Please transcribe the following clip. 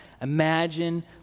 imagine